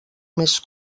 més